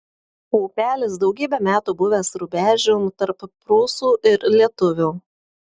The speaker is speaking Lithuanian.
upelis daugybę metų buvęs rubežium tarp prūsų ir lietuvių